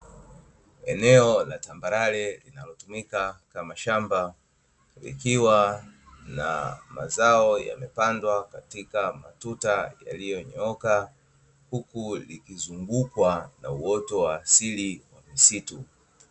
Eneo la tamabarare linalotumika kama shamba likiwa na mazao yamepandwa katika matuta yaliyonyooka huku likizungukwa na uoto wa asili wa msitu.